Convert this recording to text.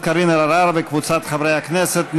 לוועדת הפנים והגנת הסביבה